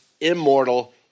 immortal